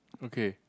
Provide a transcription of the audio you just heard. okay